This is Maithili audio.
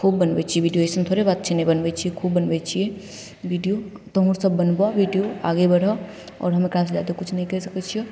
खूब बनबै छिए वीडिओ अइसन थोड़े बात छै नहि बनबै छिए खूब बनबै छिए वीडिओ तोहूँसभ बनबऽ वीडिओ आगे बढ़ऽ आओर हम एकरासे जादा किछु नहि कहि सकै छिअऽ